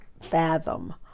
fathom